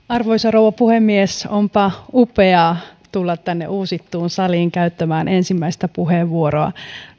arvoisa rouva puhemies onpa upeaa tulla tänne uusittuun saliin käyttämään ensimmäistä puheenvuoroa